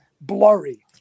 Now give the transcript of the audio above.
blurry